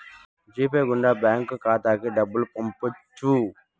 G Pay గుండా bank ఖాతాకి డబ్బులు పంపొచ్చు